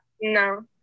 No